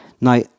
Now